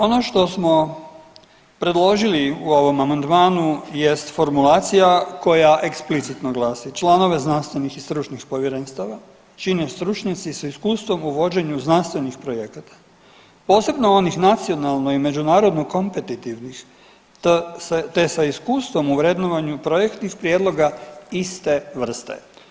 Ono što smo predložili u ovom amandmanu jest formulacija koja eksplicitno glasi „članove znanstvenih i stručnih povjerenstava čine stručnjaci sa iskustvom u vođenju znanstvenih projekata, posebno onih nacionalno i međunarodno kompetitivnih te sa iskustvom u vrednovanju projektnih prijedloga iste vrste.